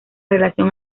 relación